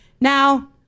Now